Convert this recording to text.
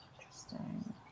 Interesting